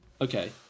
Okay